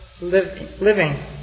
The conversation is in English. living